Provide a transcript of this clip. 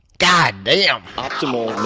god damn. ah so um